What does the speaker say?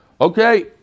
Okay